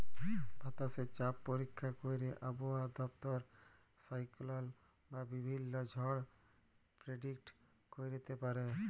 বাতাসে চাপ পরীক্ষা ক্যইরে আবহাওয়া দপ্তর সাইক্লল বা বিভিল্ল্য ঝড় পের্ডিক্ট ক্যইরতে পারে